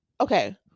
Okay